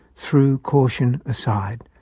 threw caution aside.